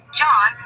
john